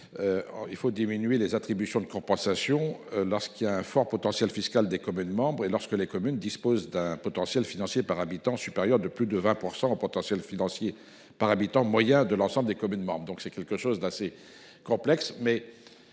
pour diminuer les attributions de compensation pour fort potentiel fiscal des communes membres, lorsque les communes disposent d’un potentiel financier par habitant supérieur de plus de 20 % au potentiel financier par habitant moyen de l’ensemble des communes membres. L’article ne prévoit toutefois